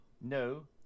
No